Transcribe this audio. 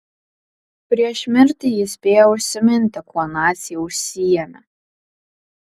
prieš mirtį jis spėjo užsiminti kuo naciai užsiėmė